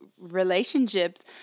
relationships